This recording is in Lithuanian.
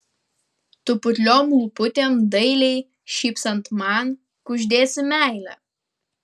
tu putliom lūputėm dailiai šypsant man kuždėsi meilę